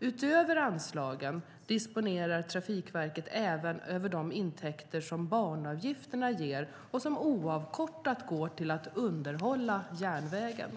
Utöver anslagen disponerar Trafikverket även de intäkter som banavgifterna ger och som oavkortat går till att underhålla järnvägen.